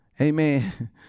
Amen